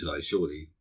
surely